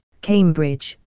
Cambridge